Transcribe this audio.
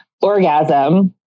orgasm